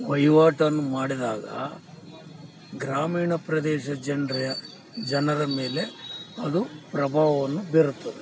ವಹಿವಾಟನ್ ಮಾಡಿದಾಗ ಗ್ರಾಮೀಣ ಪ್ರದೇಶ ಜನರೇ ಜನರ ಮೇಲೆ ಅದು ಪ್ರಭಾವವನ್ನು ಬೀರುತ್ತದೆ